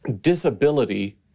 disability